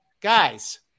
guys